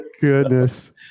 Goodness